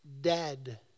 dead